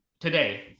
today